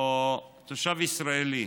או תושב ישראלי.